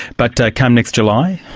but come next july?